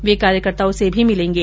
वे कार्यकर्ताओं से भी मिलेंगे